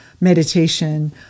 meditation